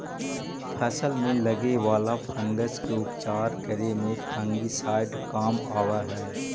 फसल में लगे वाला फंगस के उपचार करे में फंगिसाइड काम आवऽ हई